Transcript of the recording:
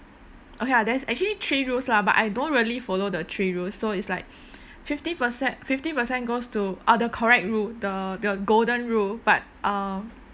okay lah there's actually three rules lah but I don't really follow the three rules so it's like fifty perce~ fifty percent goes to orh the correct rule the the golden rule but um